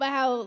Wow